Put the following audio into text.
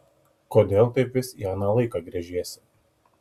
kodėl taip vis į aną laiką gręžiesi